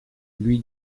lui